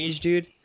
dude